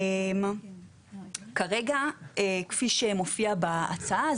כרגע כפי שמופיע בהצעה,